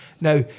Now